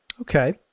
Okay